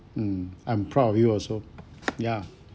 mm I'm proud of you also ya